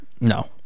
No